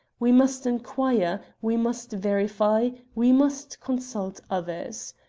we must inquire we must verify we must consult others.